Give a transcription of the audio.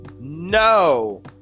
no